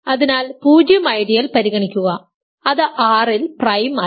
അതിനാൽ 0 ഐഡിയൽ പരിഗണിക്കുക അത് R ൽ പ്രൈം അല്ല